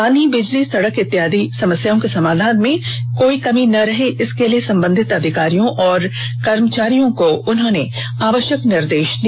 पानी बिजली सड़क इत्यादि समस्याओं के समाधान में कोई कमी न रहे इसके लिए सम्बंधित अधिकारियों और कर्मचारियों को आवश्यक दिशा निर्देश भी दिया